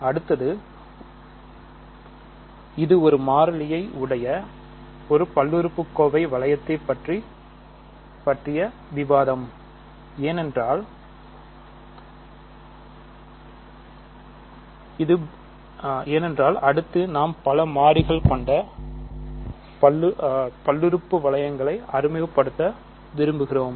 அடுத்தது இது ஒரு மாறியை உடைய ஒரு பல்லுறுப்புக்கோவையை வளையத்தைப் பற்றிய விவாதம் ஏனென்றால் அடுத்து நாம் பல மாறிகள் கொண்ட பல்லுறுப்புறுப்பு வளையங்களை அறிமுகப்படுத்த விரும்புகிறேன்